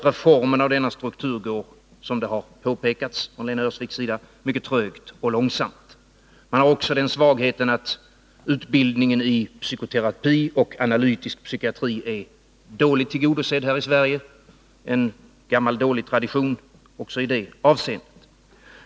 Reformen av denna struktur går, som det har påpekats av Lena Öhrsvik, mycket trögt och långsamt. Utbildningen i psykoterapi och analytisk psykiatri är dåligt tillgodosedd här i Sverige — en gammal dålig tradition också i det avseendet.